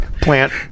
Plant